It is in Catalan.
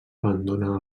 abandona